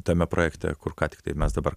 tame projekte kur ką tik tai mes dabar